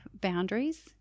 boundaries